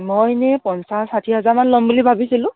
মই এনে পঞ্চাছ ষাঠি হাজাৰমান ল'ম বুলি ভাবিছিলোঁ